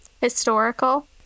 Historical